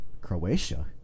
Croatia